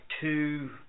two